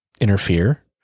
interfere